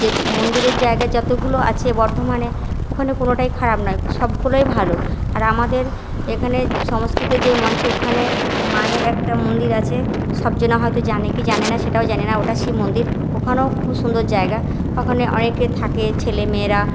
যে মন্দিরের জায়গা যতগুলো আছে বর্ধমানে ওখানে কোনোটাই খারাপ নয় সবগুলোই ভালো আর আমাদের এখানে সমস্কিতে যে মঞ্চে ওখানে মায়ের একটা মন্দির আছে সবজনা হয়তো জানে কি জানে না সেটাও জানি না ওটা শিব মন্দির ওখানেও খুব সুন্দর জায়গা ওখানে অনেকে থাকে ছেলে মেয়েরা